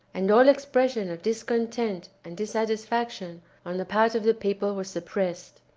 and all expression of discontent and dissatisfaction on the part of the people was suppressed.